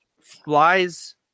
flies